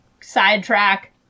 sidetrack